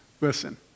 Listen